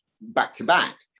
back-to-back